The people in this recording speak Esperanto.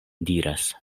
diras